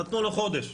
נתנו לו חודש.